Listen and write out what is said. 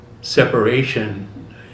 separation